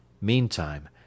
Meantime